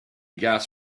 gas